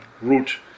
route